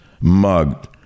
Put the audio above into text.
mugged